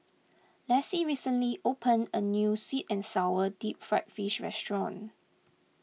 Lessie recently opened a New Sweet and Sour Deep Fried Fish restaurant